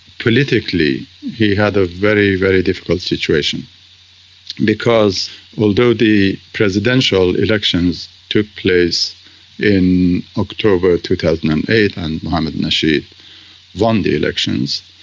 politically he had a very, very difficult situation because although the presidential elections took place in october two thousand and eight and mohamed nasheed won the elections,